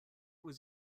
was